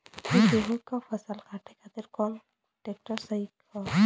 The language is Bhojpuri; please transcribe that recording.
गेहूँक फसल कांटे खातिर कौन ट्रैक्टर सही ह?